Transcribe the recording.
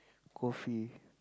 coffee